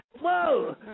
whoa